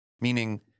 meaning